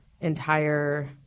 entire